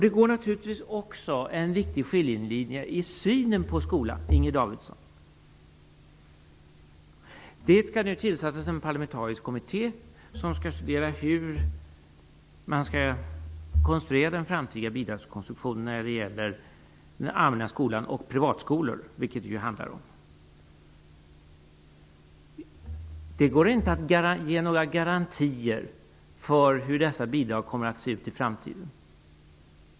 Det går också en viktig skiljelinje beträffande synen på skolan, Inger Davidson. Det skall nu tillsättas en parlamentarisk kommitté som skall studera hur man skall konstruera det framtida bidraget när det gäller den allmänna skolan och privatskolor, vilket det ju handlar om. Det går inte att ge några garantier för hur dessa bidrag kommer att se ut i framtiden.